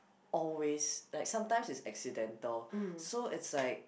always like sometime it's accidental so it's like